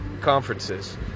conferences